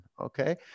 okay